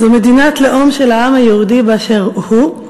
זאת מדינת לאום של העם היהודי באשר הוא,